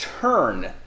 turn